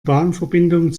bahnverbindung